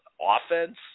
offense